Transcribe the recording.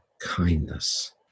kindness